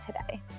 today